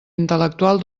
intel·lectual